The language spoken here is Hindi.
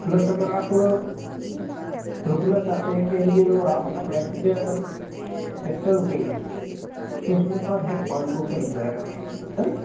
प्लस अगर आप रूकना चाहते हैं एक दिन और आप अगर नेक्स्ट डे अगर एक्स्ट्रा रुकेंगे तो उसमें पर हेड पाँच सौ रुपये लग जाएगा है ना